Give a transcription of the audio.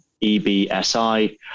E-B-S-I